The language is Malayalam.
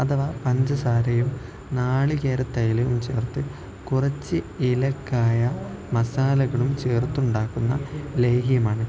അഥവാ പഞ്ചസാരയും നാളികേരത്തൈലവും ചേർത്ത് കുറച്ച് ഏലക്കായ മസാലകളും ചേർത്തുണ്ടാക്കുന്ന ലേഹ്യമാണ്